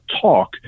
talk